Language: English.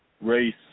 race